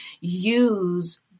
use